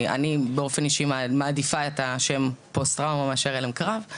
אני באופן אישי מעדיפה את השם פוסט טראומה מאשר הלם קרב,